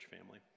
family